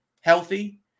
healthy